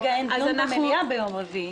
אבל כרגע אין דיון במליאה ביום רביעי.